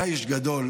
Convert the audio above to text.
היה איש גדול,